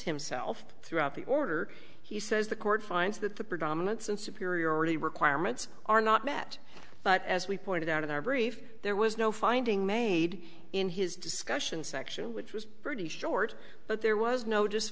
himself throughout the order he says the court finds that the predominance and superiority requirements are not met but as we pointed out in our brief there was no finding made in his discussion section which was pretty short but there was no just